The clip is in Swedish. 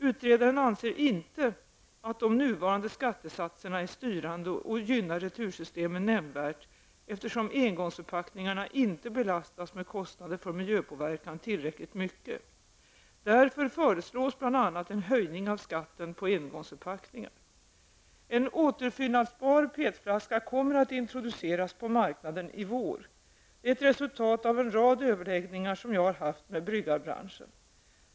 Utredaren anser inte att de nuvarande skattesatserna är styrande och gynnar retursystemen nämnvärt, eftersom engångsförpackningarna inte belastas med kostnader för miljöpåverkan tillräckligt mycket. Därför föreslås bl.a. en höjning av skatten på engångsförpackningar. En återfyllnadsbar PET-flaska kommer att introduceras på marknaden i vår. Det är resultatet av en rad överläggningar som jag har haft med bryggarbranschen.